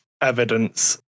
evidence